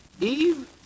Eve